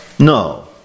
No